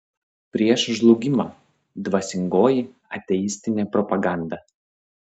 prieš žlugimą dvasingoji ateistinė propaganda